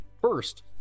First